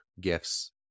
gifts